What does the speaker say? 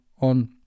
on